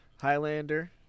Highlander